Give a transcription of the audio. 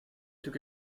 took